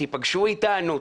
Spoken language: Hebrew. תיפגשו איתנו,